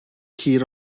hir